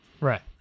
right